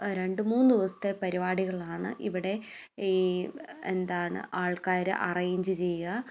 രണ്ട് മൂന്ന് ദിവസത്തെ പരിപാടികളാണ് ഇവിടെ ഈ എന്താണ് ആൾക്കാർ അറേഞ്ച് ചെയ്യുക